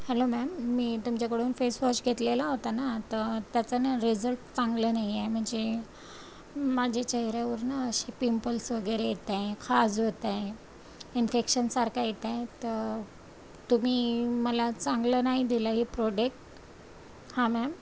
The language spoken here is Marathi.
हॅलो मॅम मी तुमच्याकडून फेसवॉश घेतलेला होता ना तर त्याचा ना रिजल्ट चांगला नाही आहे म्हणजे माझ्या चेहेऱ्यावर ना असे पिंपल्स वगैरे येत आहे खाज होत आहे इन्फेक्शनसारखं येतय तर तुम्ही मला चांगलं नाही दिलं हे प्रोडेक्ट हा मॅम